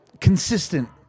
consistent